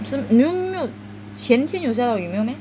so~ 没有前天有下到雨没有 meh